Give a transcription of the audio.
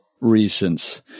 reasons